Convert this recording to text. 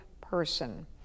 person